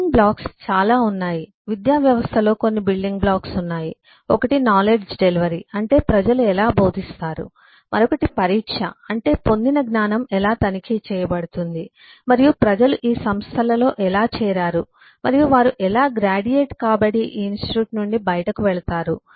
building blocks చాలా ఉన్నాయి విద్యావ్యవస్థలో కొన్ని బిల్డింగ్ బ్లాక్స్ ఉన్నాయి ఒకటి నాలెడ్జ్ డెలివరీ అంటే ప్రజలు ఎలా బోధిస్తారు ఒకటి పరీక్ష అంటే పొందిన జ్ఞానం ఎలా తనిఖీ చేయబడుతుంది మరియు ప్రజలు ఈ సంస్థలలో ఎలా చేరారు మరియు వారు ఎలా గ్రాడ్యుయేట్ కాబడి ఈ ఇన్స్టిట్యూట్ నుండి బయటకు వెళతారు